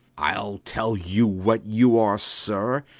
i'll tell you what you are, sir.